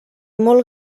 molt